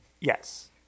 Yes